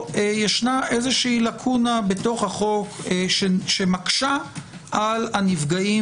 שיש לקונה בתוך החוק שמקשה על הנפגעים